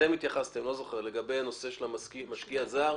לגבי משקיע זר.